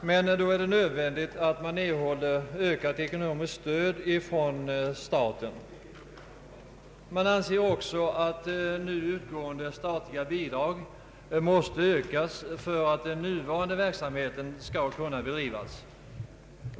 Då är det nöd vändigt att de erhåller ökat ekonomiskt stöd från staten. Man anser också att nu utgående statliga bidrag måste ökas för att den nuvarande verksamheten skall kunna bedrivas.